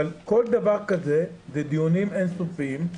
אבל כל דבר כזה זה דיונים אין-סופיים.